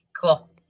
cool